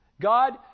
God